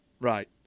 right